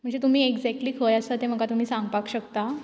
म्हणजे तुमी एक्जेक्टली खंय आसा तें म्हाका तुमी सांगपाक शकता